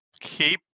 keep